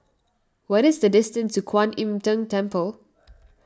what is the distance to Kuan Im Tng Temple